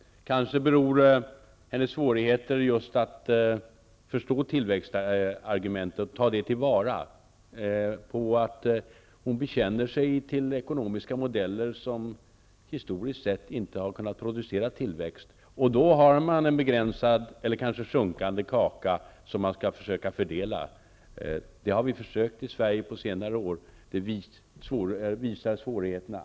Kanske beror hennes svårigheter att förstå tillväxtargumentet och ta det till vara på att hon bekänner sig till ekonomiska modeller som historiskt sett inte har kunnat producera tillväxt, och då har man en begränsad eller kanske minskande kaka att fördela. Det har vi försökt i Sverige på senare år -- det visar svårigheterna.